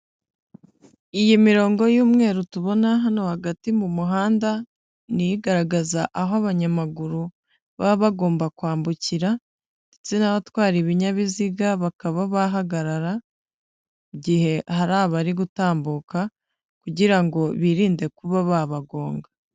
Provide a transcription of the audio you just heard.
Iyi mirongo y'umweru tubona hano hagati mu muhanda ni igaragaza aho abanyamaguru baba bagomba kwambukira ndetse n'abatwara ibinyabiziga bakaba bahagarara, mu gihe hari abari gutambuka kugira ngo birinde kuba babagonga.